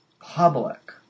public